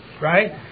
right